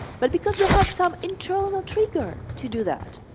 but because we have some internal ah trigger to do that.